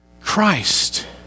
Christ